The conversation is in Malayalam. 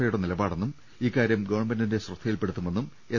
ഐയുടെ നിലപാടെന്നും ഇക്കാര്യം ഗവൺമെന്റിന്റെ ശ്രദ്ധയിൽപെടുത്തുമെന്നും എസ്